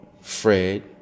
Fred